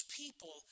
people